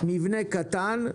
מבנה קטן,